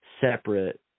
separate